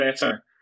better